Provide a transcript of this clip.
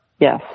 Yes